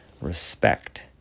Respect